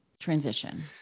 transition